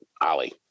Ali